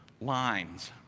lines